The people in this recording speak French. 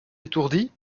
étourdi